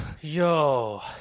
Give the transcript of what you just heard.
yo